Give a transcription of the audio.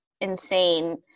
insane